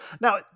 Now